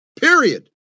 Period